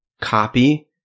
copy